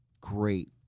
great